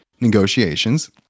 negotiations